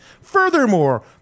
Furthermore